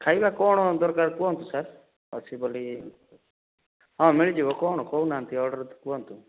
ଖାଇବା କ'ଣ ଦରକାର କୁହନ୍ତୁ ସାର୍ ଅଛି ବୋଲି ହଁ ମିଳିଯିବ କ'ଣ କହୁନାହଁନ୍ତି ଅର୍ଡ଼ର୍ କୁହନ୍ତୁ